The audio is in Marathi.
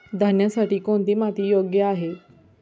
धान्यासाठी कोणती माती योग्य आहे?